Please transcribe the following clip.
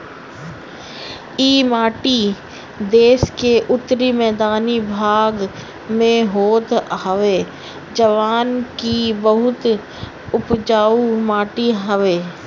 इ माटी देस के उत्तरी मैदानी भाग में होत हवे जवन की बहुते उपजाऊ माटी हवे